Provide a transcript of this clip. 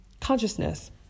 consciousness